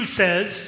says